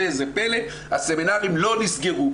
ראה זה פלא הסמינרים לא נסגרו.